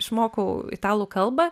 išmokau italų kalbą